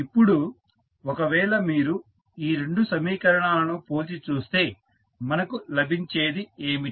ఇప్పుడు ఒకవేళ మీరు ఈ రెండు సమీకరణాలను పోల్చి చూస్తే మనకు లభించేది ఏమిటి